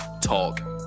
Talk